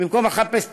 במקום לחפש פתרונות.